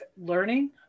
learning